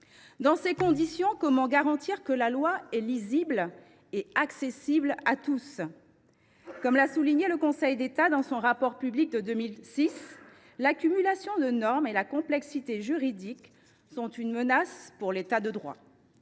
Dans ces conditions, comment garantir que la loi est lisible et accessible à tous ? Comme l’a souligné le Conseil d’État dans son rapport public de 2006 intitulé, l’accumulation de normes et la complexité juridique sont une menace pour l’État de droit.